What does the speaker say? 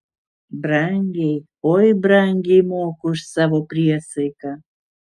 brangiai oi brangiai moku už savo priesaiką